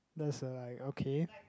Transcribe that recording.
that's a like okay